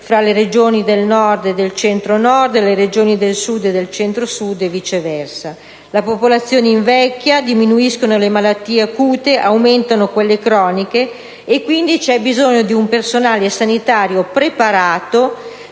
fra le Regioni del Nord e del Centro-Nord e quelle del Sud e del Centro-Sud, e viceversa. La popolazione invecchia, diminuiscono le malattie acute, aumentano quelle croniche, e quindi c'è bisogno di un personale sanitario preparato